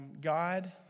God